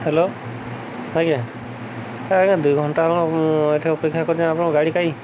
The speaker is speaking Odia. ହ୍ୟାଲୋ ଆଜ୍ଞା ଆଜ୍ଞା ଦୁଇ ଘଣ୍ଟା ହବ ମୁଁ ଏଠି ଅପେକ୍ଷା କରିଛି ଆପଣଙ୍କ ଗାଡ଼ି କାଇଁ